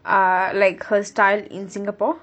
uh like her style in singapore